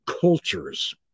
cultures